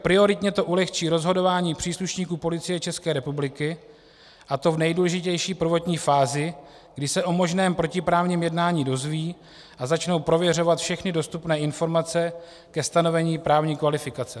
Prioritně to ulehčí rozhodování příslušníků Policie České republiky, a to v nejdůležitější prvotní fázi, kdy se o možném protiprávním jednání dozvědí a začnou prověřovat všechny dostupné informace ke stanovení právní kvalifikace.